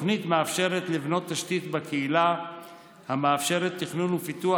התוכנית מאפשרת לבנות תשתית בקהילה המאפשרת תכנון ופיתוח